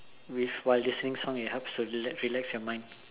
with while listening song it helps to relax your mind